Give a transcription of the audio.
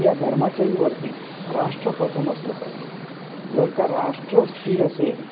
या धर्माच्याहीवरती राष्ट्र प्रथम असलं पाहिजे जर का राष्ट्र स्थिर असेल